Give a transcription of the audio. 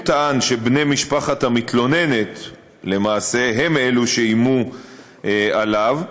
הוא טען שלמעשה בני משפחת המתלוננת הם אלה שאיימו עליו,